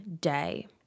day